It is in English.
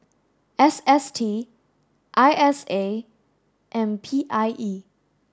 S S T I S A and P I E